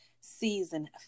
season